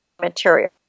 material